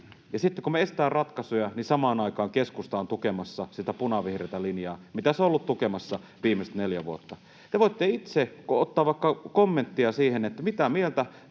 Ja sitten, kun me esitetään ratkaisuja, niin samaan aikaan keskusta on tukemassa sitä punavihreätä linjaa, mitä se on ollut tukemassa viimeiset neljä vuotta. Te voitte itse ottaa vaikka kommenttia siihen, mitä mieltä